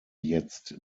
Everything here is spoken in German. jetzt